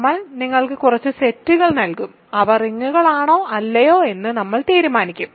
നമ്മൾ നിങ്ങൾക്ക് കുറച്ച് സെറ്റുകൾ നൽകും അവ റിങ്ങുകളാണോ അല്ലയോ എന്ന് നമ്മൾ തീരുമാനിക്കും